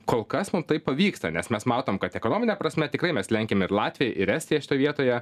kol kas mum tai pavyksta nes mes matom kad ekonomine prasme tikrai mes lenkiam ir latviją ir estija šitoj vietoje